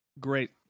Great